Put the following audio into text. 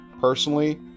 personally